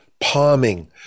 palming